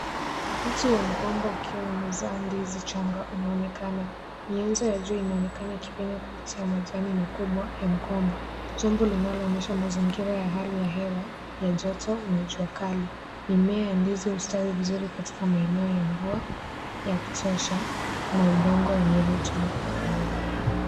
Mti wa mgomba ukiwa umezaa ndizi changa unaonekana. Mianzo ya jua inaonekana ikipenya kwenye ncha ya majani makubwa ya mgomba, jambo linaloonyesha mazingira ya hali ya hewa ya joto na jua kali. Mimea ya ndizi hustawi vizuri katika maeneo ya mvua ya kutosha na udongo wenye rotuba.